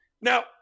Now